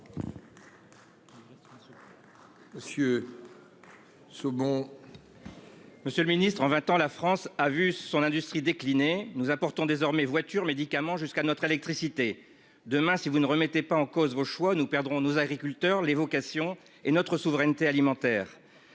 Monsieur le ministre, en 20 ans la France a vu son industrie décliner nous apportons désormais voiture médicaments jusqu'à notre électricité demain si vous ne remettait pas en cause vos choix nous perdrons nos agriculteurs les vocations et notre souveraineté alimentaire.